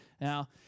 now